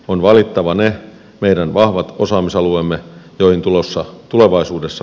on valittava ne meidän vahvat osaamisalueemme joihin tulevaisuudessa panostamme